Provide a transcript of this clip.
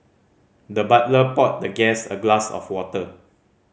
the butler poured the guest a glass of water